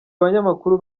abanyamakuru